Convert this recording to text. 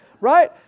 Right